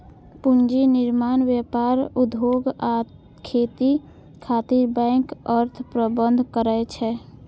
पूंजी निर्माण, व्यापार, उद्योग आ खेती खातिर बैंक अर्थ प्रबंधन करै छै